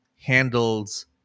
handles